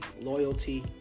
loyalty